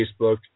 Facebook